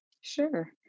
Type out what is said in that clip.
Sure